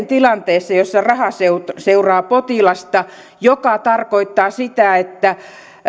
tilanteessa jossa raha seuraa seuraa potilasta mikä tarkoittaa sitä että